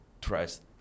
trust